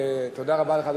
ותודה רבה לך,